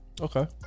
Okay